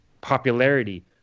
popularity